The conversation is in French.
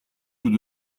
tout